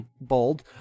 bold